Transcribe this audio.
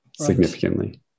significantly